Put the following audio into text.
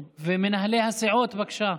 מנהלי הסיעות, בבקשה.